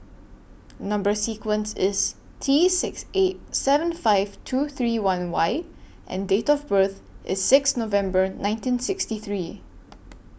Number sequence IS T six eight seven five two three one Y and Date of birth IS six November nineteen sixty three